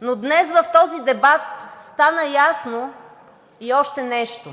но днес в този дебат стана ясно и още нещо